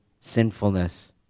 sinfulness